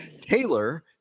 Taylor